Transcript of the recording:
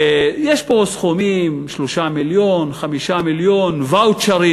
יש פה סכומים: 3 מיליונים, 5 מיליונים, ואוצ'רים,